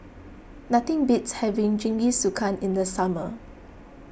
nothing beats having Jingisukan in the summer